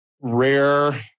rare